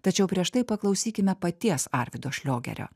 tačiau prieš tai paklausykime paties arvydo šliogerio